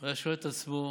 היה שואל את עצמו: